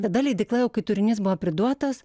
tada leidykla jau kai turinys buvo priduotas